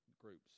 groups